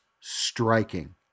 striking